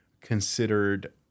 considered